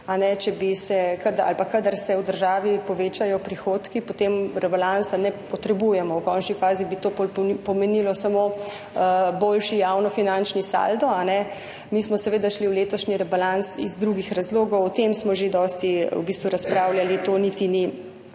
res sladka skrb. Kadar se v državi povečajo prihodki, potem rebalansa ne potrebujemo. V končni fazi bi to pomenilo samo boljši javnofinančni saldo. Mi smo seveda šli v letošnji rebalans iz drugih razlogov. O tem smo že dosti razpravljali, to niti ni